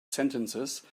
sentences